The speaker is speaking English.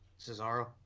Cesaro